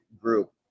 group